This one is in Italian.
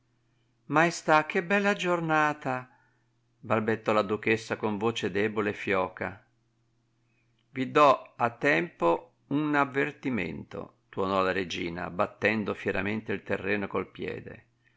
maestà che bella giornata balbettò la duchessa con voce debole e fioca vi dò a tempo un avvertimento tuonò la regina battendo fieramente il terreno col piede